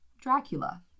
Dracula